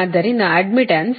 ಆದ್ದರಿಂದ ಅಡ್ಡ್ಮಿಟ್ಟನ್ಸ್